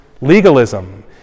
legalism